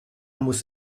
muss